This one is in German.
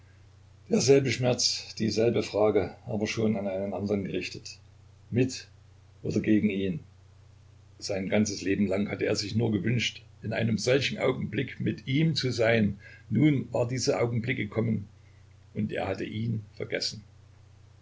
schmerz dieselbe frage aber schon an einen andern gerichtet mit ihm oder gegen ihn sein ganzes leben lang hatte er sich nur gewünscht in einem solchen augenblick mit ihm zu sein nun war dieser augenblick gekommen und er hatte ihn vergessen